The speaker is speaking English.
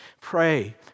Pray